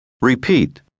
Repeat